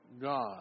God